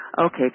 okay